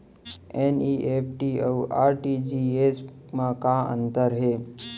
NEFT अऊ RTGS मा का अंतर हे?